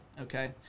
okay